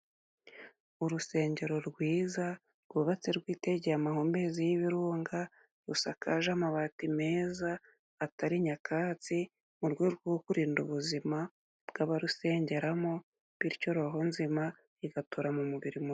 Urusengero rwiza rwubatse rwitegeye amahumbezi y'ibirunga, rusakaje amabati meza atari nyakatsi mu rwego rwo kurinda ubuzima bw'abarusengeramo, bityo roho nzima igatura mu mubiri mu muzima.